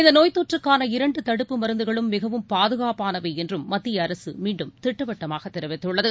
இந்த நோய்த் தொற்றுக்கான இரண்டு தடுப்பு மருந்துகளும் மிகவும் பாதுகாப்பானவை என்றும் மத்திய அரசு மீண்டும் திட்டவட்டமாக தெரிவித்துள்ளது